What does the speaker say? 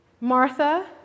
Martha